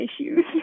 issues